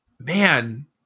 man